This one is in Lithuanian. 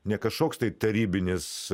ne kažkoks tai tarybinis